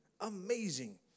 amazing